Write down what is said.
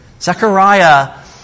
Zechariah